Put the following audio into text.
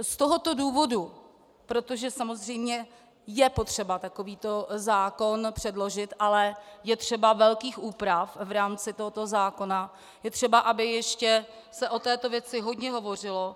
Z tohoto důvodu, protože samozřejmě je potřeba takovýto zákon předložit, ale je třeba velkých úprav v rámci tohoto zákona, je třeba, aby se ještě o této věci hodně hovořilo.